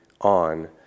on